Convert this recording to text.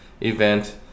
event